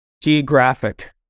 Geographic